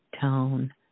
Tone